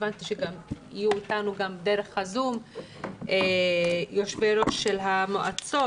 הבנתי שיהיו איתנו דרך הזום גם יושבי ראש של המועצות